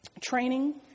training